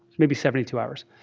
maybe seventy two hours.